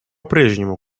прежнему